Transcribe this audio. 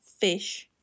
fish